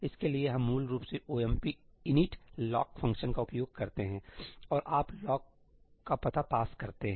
तो इसके लिए हम मूल रूप से omp init lock फ़ंक्शन का उपयोग करते हैं और आप लॉक का पता पास करते हैं